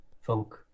funk